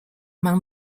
among